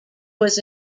was